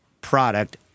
product